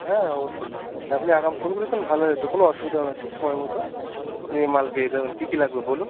হ্যাঁ হ্যাঁ অবশ্যই আপনি আগাম ফোন করেছেন ভালো হয়েছে কোনো অসুবিধা হবে না ঠিক সময় মতো আপনি মাল পেয়ে যাবেন কী কী লাগবে বলুন